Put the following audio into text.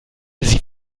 sie